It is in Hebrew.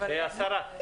השרה.